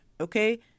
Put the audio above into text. okay